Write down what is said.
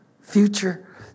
future